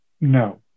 no